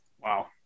Wow